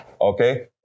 Okay